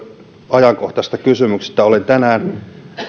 ajankohtaisesta kysymyksestä olen tänään muun